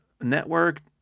Network